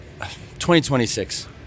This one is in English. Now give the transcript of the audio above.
2026